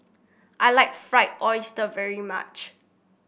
I like Fried Oyster very much